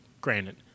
granted